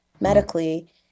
medically